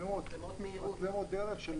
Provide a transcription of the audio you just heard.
מצלמות דרך של